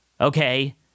Okay